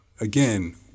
Again